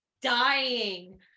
Dying